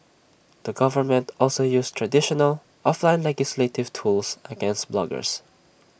the government also used traditional offline legislative tools against bloggers